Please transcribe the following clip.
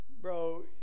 Bro